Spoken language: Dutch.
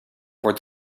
wordt